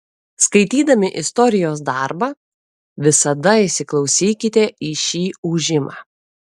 skaitydami istorijos darbą visada įsiklausykite į šį ūžimą